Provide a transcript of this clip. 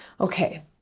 okay